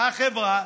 אותה חברה